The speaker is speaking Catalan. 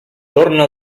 torna